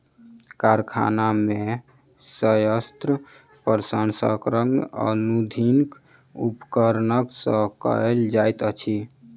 कारखाना में शस्य प्रसंस्करण आधुनिक उपकरण सॅ कयल जाइत अछि